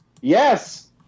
Yes